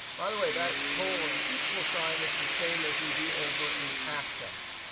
by the way, that colon equals sign is the same as we do over in access.